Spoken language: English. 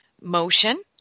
motion